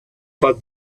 but